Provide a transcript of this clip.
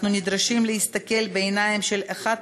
אנחנו נדרשים להסתכל בעיניים של אחת